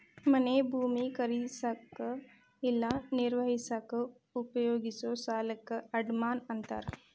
ಮನೆ ಭೂಮಿ ಖರೇದಿಸಕ ಇಲ್ಲಾ ನಿರ್ವಹಿಸಕ ಉಪಯೋಗಿಸೊ ಸಾಲಕ್ಕ ಅಡಮಾನ ಅಂತಾರ